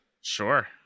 Sure